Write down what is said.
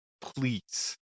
please